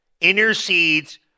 Intercedes